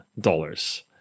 dollars